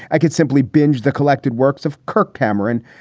i could simply binge the collected works of kirk cameron,